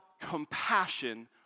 compassion